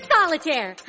Solitaire